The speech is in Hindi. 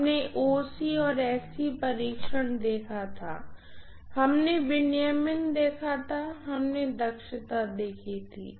हमने OC और SC परीक्षण देखा था हमने विनियमन देखा था हमने दक्षता देखी थी